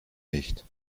nicht